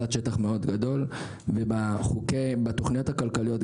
הפיתוח, בניגוד למנגנונים תקציביים.